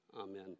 amen